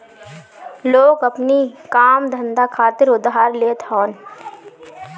लोग अपनी काम धंधा खातिर उधार लेत हवन